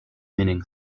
meaning